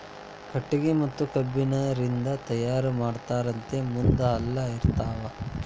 ಕಟಗಿ ಮತ್ತ ಕಬ್ಬಣ ರಿಂದ ತಯಾರ ಮಾಡಿರತಾರ ಮುಂದ ಹಲ್ಲ ಇರತಾವ